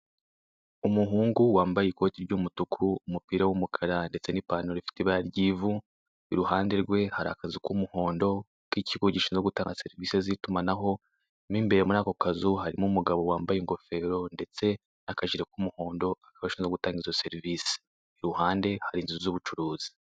Umuhungu wambaye ikoti ry'umutuku, umupira w'umukara ndetse n'ipantaro ifite ibara ry'ivu. Iruhande rwe hari akazu k'umuhondo k'ikigo gishinzwe gutanga serivise z'itumanaho, mo imbere muri ako kazu harimo umugabo wambaye ingofero ndetse n'akajire k'umuhondo kuko ashinzwe gutanga izo serivise. Kuruhande hari inzu z'ubucuruzi.